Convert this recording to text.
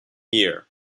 year